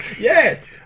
Yes